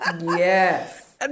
Yes